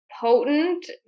potent